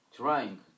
trying